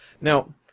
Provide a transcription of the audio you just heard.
Now